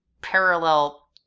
parallel